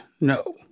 No